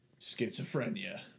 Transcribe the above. Schizophrenia